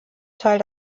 teil